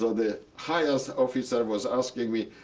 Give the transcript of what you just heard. the hias officer was asking me,